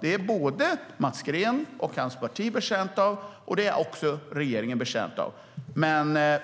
Det är Mats Green och hans parti betjänta av, och det är också regeringen betjänt av.